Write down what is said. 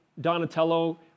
Donatello